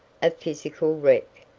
a physical wreck,